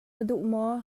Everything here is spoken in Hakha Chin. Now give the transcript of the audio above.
duh